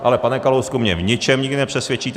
Ale pane Kalousku, mě v ničem nikdy nepřesvědčíte.